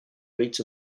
rates